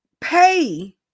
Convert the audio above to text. Pay